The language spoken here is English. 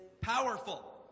powerful